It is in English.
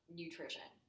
nutrition